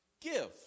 Give